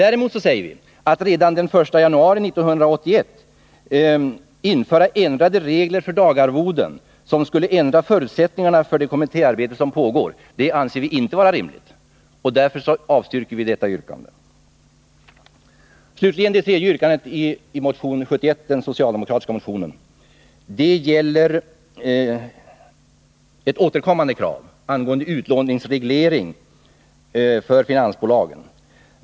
Däremot anser vi det orimligt att redan den 1 januari 1981 införa ändrade regler för dagarvoden, som skulle ändra förutsättningarna för det kommittéarbete som pågår. Därför avstyrker vi detta yrkande. Det tredje yrkandet i den socialdemokratiska motionen 71 gäller ett återkommande krav angående utlåningsreglering för finansbolag.